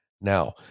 Now